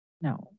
No